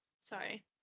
sorry